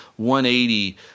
180